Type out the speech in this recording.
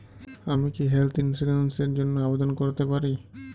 আমি কি health insurance র জন্য আবেদন করতে পারি?